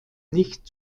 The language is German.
nicht